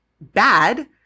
bad